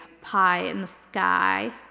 pie-in-the-sky